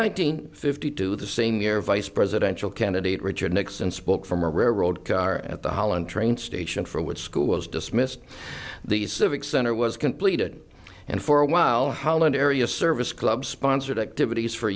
hundred fifty two the same year vice presidential candidate richard nixon spoke from a railroad car at the holland train station for would school was dismissed the civic center was completed and for a while howland area service club sponsored activities for